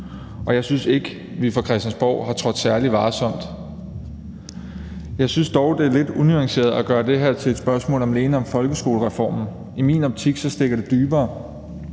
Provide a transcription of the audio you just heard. og jeg synes ikke, at vi fra Christiansborg har trådt særlig varsomt. Jeg synes dog, det er lidt unuanceret at gøre det her til et spørgsmål om alene folkeskolereformen. I min optik stikker det dybere.